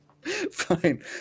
fine